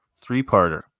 Three-parter